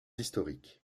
historiques